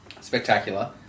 Spectacular